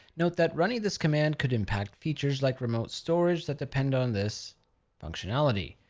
note that running this command could impact features like remote storage that depend on this functionality.